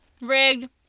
Rigged